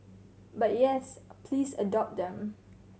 but yes please adopt them